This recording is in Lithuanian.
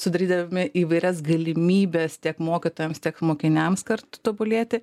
sudarydami įvairias galimybes tiek mokytojams tiek mokiniams kartu tobulėti